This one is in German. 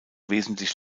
wesentlich